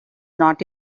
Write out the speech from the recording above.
not